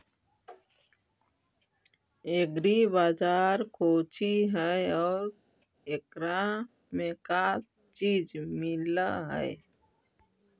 Agri बाजार कोची हई और एकरा में का का चीज मिलै हई?